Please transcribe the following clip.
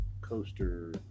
Coaster